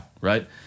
Right